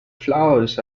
flowers